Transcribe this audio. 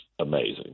amazing